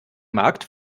markt